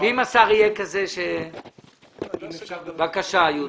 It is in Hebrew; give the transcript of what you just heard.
אם אפשר בבקשה,